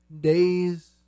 Days